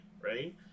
right